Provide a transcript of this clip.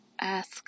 ask